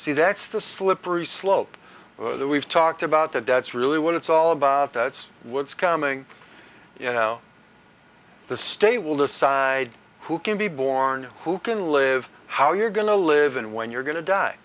see that's the slippery slope that we've talked about that that's really what it's all about that's what's coming you know the state will decide who can be born who can live how you're going to live and when you're going to die